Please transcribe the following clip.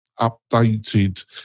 updated